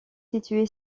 situé